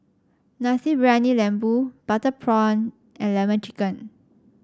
Nasi Briyani Lembu Butter Prawn and lemon chicken